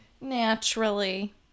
Naturally